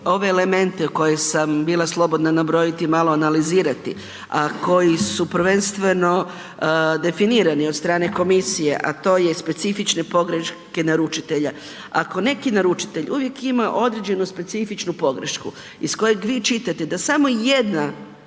ove elemente koje sam bila slobodno nabrojiti, malo analizirati, a koji su prvenstveno definirani od strane komisije, a to je specifične pogreške naručitelja. Ako neki naručitelj uvijek ima određenu specifičnu pogrešku iz kojeg vi čitate da samo jedna